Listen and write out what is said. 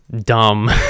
dumb